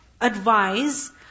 advise